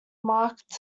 marked